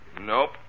Nope